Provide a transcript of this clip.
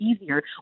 easier